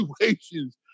situations